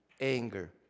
anger